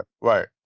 right